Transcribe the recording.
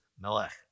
Melech